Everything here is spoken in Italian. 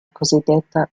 cosiddetta